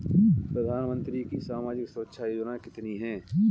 प्रधानमंत्री की सामाजिक सुरक्षा योजनाएँ कितनी हैं?